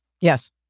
Yes